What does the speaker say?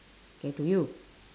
K to you